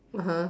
(uh huh)